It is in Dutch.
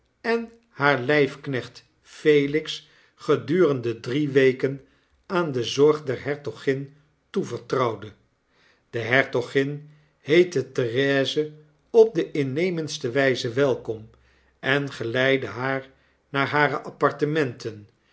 en haar lijfknecht felix gedurende drie ken aan de zorg der hertogin toevertrouwde de hertogin heette therese op de innemendste i ze welkom en geleidde haar naar hare apartibenten